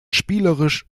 spielerisch